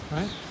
Right